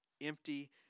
empty